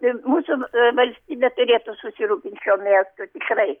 ir mūsų valstybė turėtų susirūpint šiuo miestu tikrai